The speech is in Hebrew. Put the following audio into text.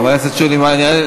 חברת הכנסת שולי מועלם,